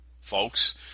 folks